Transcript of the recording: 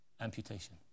Amputation